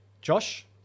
Josh